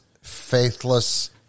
faithless